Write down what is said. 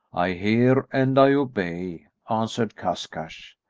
i hear and i obey answered kashkash.